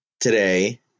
today